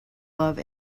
love